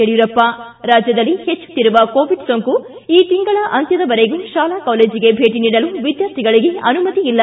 ಯಡಿಯೂರಪ್ಪ ಿ ರಾಜ್ಜದಲ್ಲಿ ಹೆಚ್ಚುತ್ತಿರುವ ಕೋವಿಡ್ ಸೋಂಕು ಈ ತಿಂಗಳ ಅಂತ್ಯದವರೆಗೂ ಶಾಲಾ ಕಾಲೇಜಿಗೆ ಭೇಟಿ ನೀಡಲು ವಿದ್ಯಾರ್ಥಿಗಳಿಗೆ ಅನುಮತಿಯಿಲ್ಲ